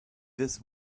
this